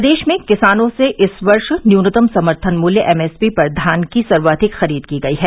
प्रदेश में किसानों से इस वर्ष न्यूनतम समर्थन मूल्य एमएसपी पर धान की सर्वाधिक खरीद की गयी है